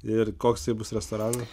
ir koks tai bus restoranas